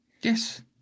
Yes